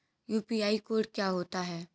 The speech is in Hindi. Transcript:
यू.पी.आई कोड क्या होता है?